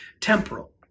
temporal